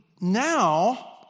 Now